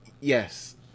Yes